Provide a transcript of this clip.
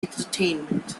entertainment